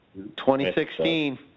2016